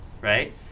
right